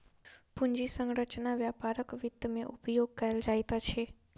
पूंजी संरचना व्यापारक वित्त में उपयोग कयल जाइत अछि